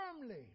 Firmly